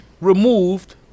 removed